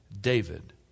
David